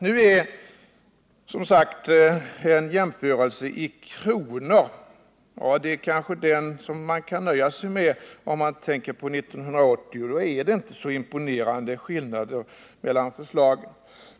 Nu visar, som sagt, en jämförelse i kronor mellan förslagen — och det kanske man kan nöja sig med för 1980 —- inte så imponerande skillnader.